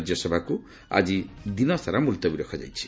ରାଜ୍ୟସଭାକୁ ଆଜି ଦିନସାରା ମୁଲତବୀ ରଖାଯାଇଛି